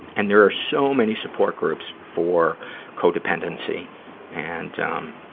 and there are so many support groups for codependency and, um,